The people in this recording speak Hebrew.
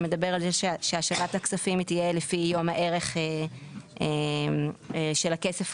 שמדבר על זה שהשבת הכספים תהיה לפי יום הערך של הכסף,